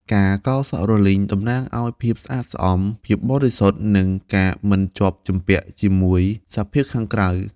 ការកោរសក់រលីងតំណាងឲ្យភាពស្អាតស្អំ ភាពបរិសុទ្ធ និងការមិនជាប់ជំពាក់ជាមួយសភាពខាងក្រៅ។